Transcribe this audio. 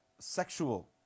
sexual